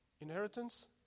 Inheritance